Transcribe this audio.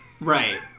Right